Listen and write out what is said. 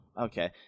Okay